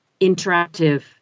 interactive